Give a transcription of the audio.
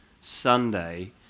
Sunday